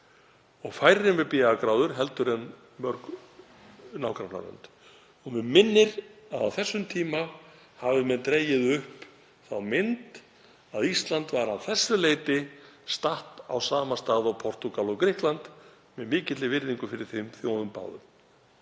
og færri með BA-gráður en mörg nágrannalönd. Mig minnir að á þessum tíma hafi menn dregið upp þá mynd að Ísland var að þessu leyti statt á sama stað og Portúgal og Grikkland, með mikilli virðingu fyrir þeim þjóðum báðum.